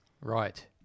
Right